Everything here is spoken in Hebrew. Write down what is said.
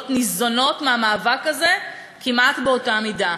ניזונות מהמאבק הזה כמעט באותה מידה,